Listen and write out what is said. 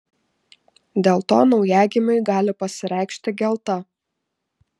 dėl to naujagimiui gali pasireikšti gelta